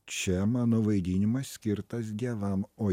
čia mano vaidinimas skirtas dievam o